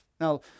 Now